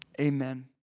amen